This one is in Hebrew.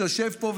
שיושב פה,